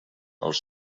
els